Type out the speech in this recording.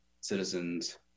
citizens